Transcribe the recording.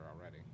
already